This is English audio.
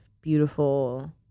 beautiful